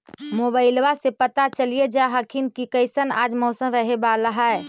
मोबाईलबा से पता चलिये जा हखिन की कैसन आज मौसम रहे बाला है?